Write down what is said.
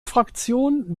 fraktion